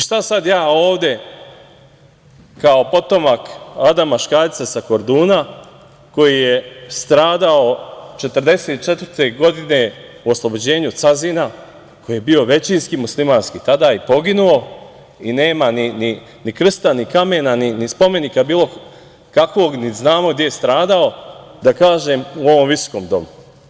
Šta sad ja ovde, kao potomak Adama Škaljca sa Korduna, koji je stradao 1944. godine u oslobođenju Cazina, koji je bio većinski muslimanski tada i poginuo i nema, ni krsta, ni kamena, ni spomenika bilo kakvog, niti znamo gde je stradao, da kažem u ovom visokom domu?